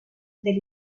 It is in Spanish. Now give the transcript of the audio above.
del